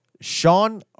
Sean